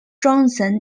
johnson